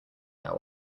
air